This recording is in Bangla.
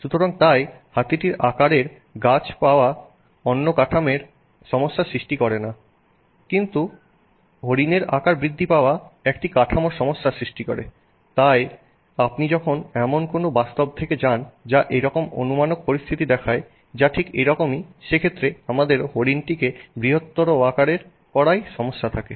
সুতরাং তাই হাতিটির আকারের গাছ পাওয়া অন্য কাঠামোর সমস্যার সৃষ্টি করেনা কিন্তু হরিণের আকার বৃদ্ধি পাওয়া একটি কাঠামোর সমস্যার সৃষ্টি করে তাই আপনি যখন এমন কোন বাস্তব থেকে যান যা এইরকম অনুমানক পরিস্থিতি দেখায় যা ঠিক এরকমই সেক্ষেত্রে আমাদের হরিণটিকে বৃহত্তর ওয়াকারের করাই সমস্যা থাকে